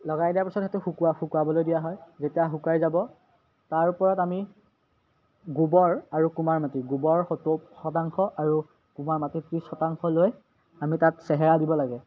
লগাই দিয়াৰ পিছত সেইটো শুকোৱা শুকুৱাবলৈ দিয়া হয় যেতিয়া শুকাই যাব তাৰ ওপৰত আমি গোবৰ আৰু কুমাৰ মাটি গোবৰ সত্তৰ শতাংশ আৰু কুমাৰ মাটি ত্ৰিছ শতাংশ লৈ আমি তাত চেহেৰা দিব লাগে